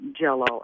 jello